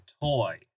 toy